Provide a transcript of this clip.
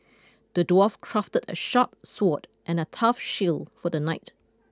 the dwarf crafted a sharp sword and a tough shield for the knight